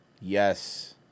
Yes